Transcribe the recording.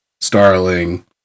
Starling